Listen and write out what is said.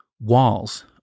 walls